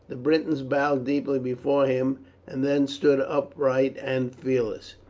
the britons bowed deeply before him and then stood upright and fearless.